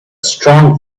strong